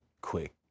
quick